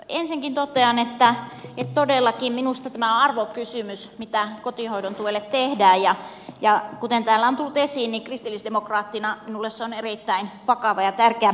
ensinnäkin totean että todellakin minusta tämä on arvokysymys mitä kotihoidon tuelle tehdään ja kuten täällä on tullut esiin kristillisdemokraattina minulle se on erittäin vakava ja tärkeä kysymys